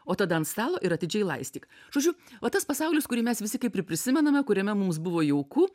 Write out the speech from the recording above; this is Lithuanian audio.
o tada ant stalo ir atidžiai laistyk žodžiu va tas pasaulis kurį mes visi kaip ir prisimename kuriame mums buvo jauku